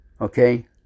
Okay